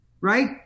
right